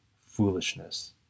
foolishness